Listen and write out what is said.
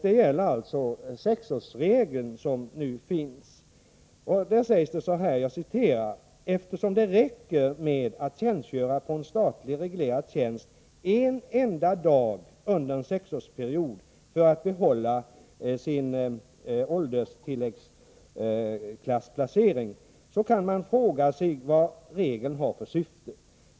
Det gäller den sexårsregel som nu finns. I brevet sägs: ”Eftersom det räcker med att tjänstgöra på en statligt reglerad tjänst en enda dag under en sexårsperiod för att behålla sin ålderstilläggsklassplacering kan man fråga sig vad regeln har för syfte.